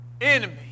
enemy